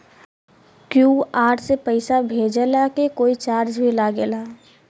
QR से पैसा भेजला के कोई चार्ज भी लागेला?